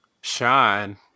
shine